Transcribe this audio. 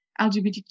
LGBTQ